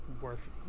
worth